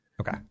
Okay